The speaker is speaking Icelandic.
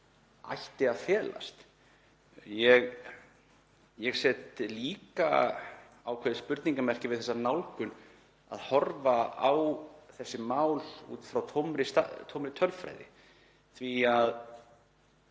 ætti að felast. Ég set líka ákveðið spurningarmerki við þá nálgun að horfa á þessi mál út frá tómri tölfræði því að